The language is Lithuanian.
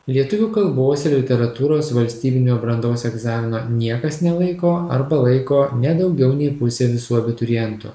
lietuvių kalbos ir literatūros valstybinio brandos egzamino niekas nelaiko arba laiko ne daugiau nei pusė visų abiturientų